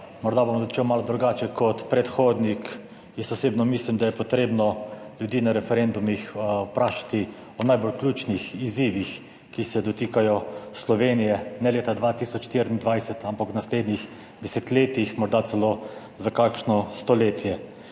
Morda bom začel malo drugače kot predhodnik, Jaz osebno mislim, da je potrebno ljudi na referendumih vprašati o najbolj ključnih izzivih, ki se dotikajo Slovenije, ne leta 2024, ampak v naslednjih desetletjih, morda celo za kakšno stoletje.